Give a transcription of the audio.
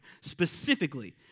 Specifically